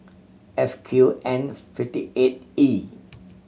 F Q N fifty eight E